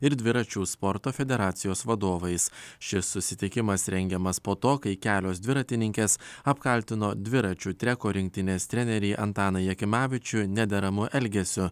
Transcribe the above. ir dviračių sporto federacijos vadovais šis susitikimas rengiamas po to kai kelios dviratininkės apkaltino dviračių treko rinktinės trenerį antaną jakimavičių nederamu elgesiu